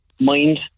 mind